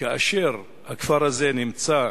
כאשר הכפר הזה נמצא,